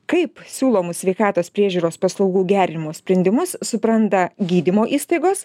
kaip siūlomų sveikatos priežiūros paslaugų gerinimo sprendimus supranta gydymo įstaigos